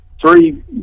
three